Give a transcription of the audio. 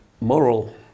moral